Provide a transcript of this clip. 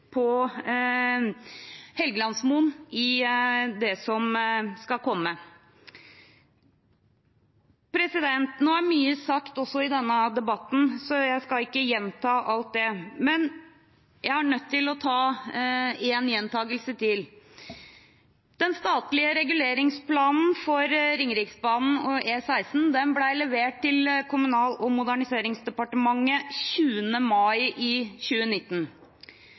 på Helgelandsmoen i det som skal komme. Nå er mye sagt også i denne debatten, så jeg skal ikke gjenta alt, men jeg er nødt til å gjenta én ting til: Den statlige reguleringsplanen for Ringeriksbanen og E16 ble levert til Kommunal- og moderniseringsdepartementet den 20. mai 2019.